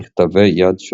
מכתבי יד שונים.